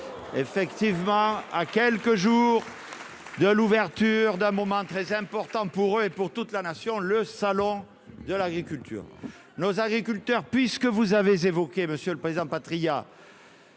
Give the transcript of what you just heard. Effectivement, à quelques jours de l'ouverture d'un moment très important pour eux et pour toute la nation Le Salon de l'agriculture nos agriculteurs, puisque vous avez évoqué, monsieur le président, Patriat.